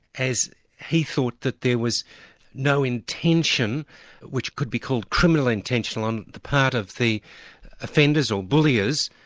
as he thought that there was no intention which could be called criminal intention, on the part of the offenders, or bulliers,